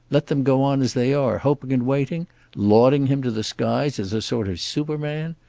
let them go on as they are, hoping and waiting lauding him to the skies as a sort of superman?